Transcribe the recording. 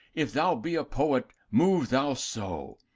if thou be a poet, move thou so,